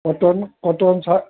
cotton cotton shirt